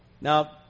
Now